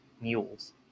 Mules